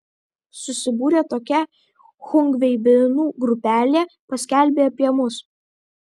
susibūrė tokia chungveibinų grupelė paskelbė apie mus